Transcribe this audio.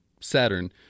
Saturn